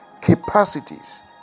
capacities